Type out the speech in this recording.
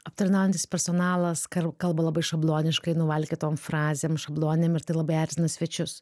aptarnaujantis personalas kar kalba labai šabloniškai nuvalkiotom frazėm šabloninėm ir tai labai erzina svečius